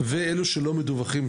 והסוג החמישי זה אלה שלא מדווחים.